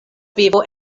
vivo